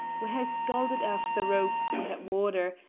we hae scalded aff the rogues wi' het water,